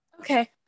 Okay